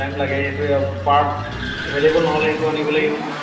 time লাগে সেইটোৱ আৰু পাৰ্ট এভেইলেবল নহ'লে সেইটো আনিব লাগিব নহয়